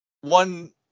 one